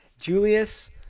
Julius